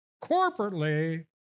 corporately